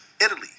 Italy